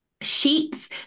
sheets